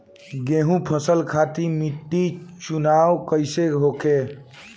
गेंहू फसल खातिर मिट्टी चुनाव कईसे होखे?